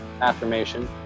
affirmation